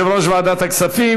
יושב-ראש ועדת הכספים.